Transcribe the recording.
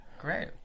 Great